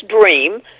dream